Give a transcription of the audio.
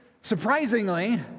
surprisingly